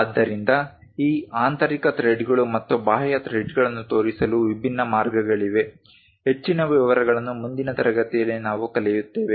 ಆದ್ದರಿಂದ ಈ ಆಂತರಿಕ ಥ್ರೆಡ್ಗಳು ಮತ್ತು ಬಾಹ್ಯ ಥ್ರೆಡ್ಗಳನ್ನು ತೋರಿಸಲು ವಿಭಿನ್ನ ಮಾರ್ಗಗಳಿವೆ ಹೆಚ್ಚಿನ ವಿವರಗಳನ್ನು ಮುಂದಿನ ತರಗತಿಗಳಲ್ಲಿ ನಾವು ಕಲಿಯುತ್ತೇವೆ